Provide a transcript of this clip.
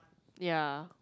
ya